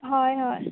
हय हय